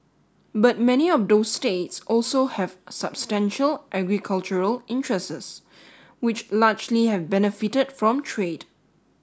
but many of those states also have substantial agricultural which largely have benefited from trade